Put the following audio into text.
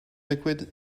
liquid